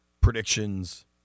predictions